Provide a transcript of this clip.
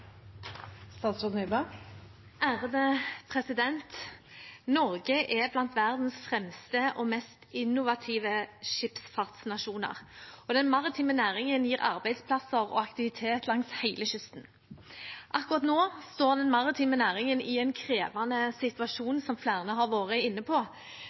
blant verdens fremste og mest innovative skipsfartsnasjoner, og den maritime næringen gir arbeidsplasser og aktivitet langs hele kysten. Akkurat nå står den maritime næringen i en krevende situasjon, som flere har vært inne på.